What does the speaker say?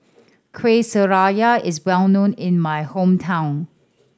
Kueh Syara is well known in my hometown